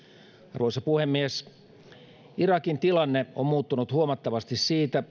arvoisa puhemies irakin tilanne on muuttunut huomattavasti siitä